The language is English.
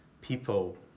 people